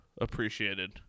appreciated